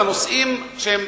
את הנושאים שהם